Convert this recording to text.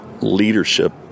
leadership